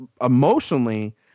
emotionally